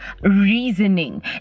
reasoning